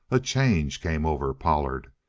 a change came over pollard.